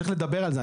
צריך לדבר על זה.